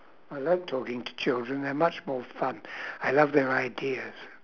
I like talking to children they're much more fun I love their ideas